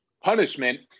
punishment